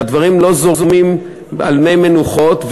והדברים לא זורמים על מי מנוחות,